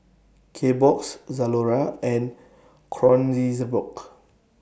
Kbox Zalora and Kronenbourg